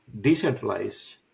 decentralized